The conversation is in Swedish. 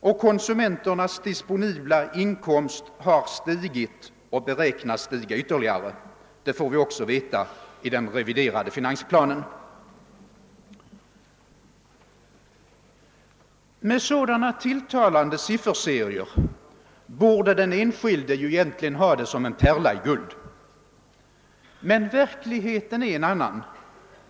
och konsumenternas disponibla inkomst har stigit och beräknas stiga ytterligare. Det får vi också veta i den reviderade finansplanen. Med sådana tilltalande sifferserier borde den enskilde egeniligen ha det som en pärla i guld. Men verkligheten är en annan.